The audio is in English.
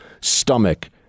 stomach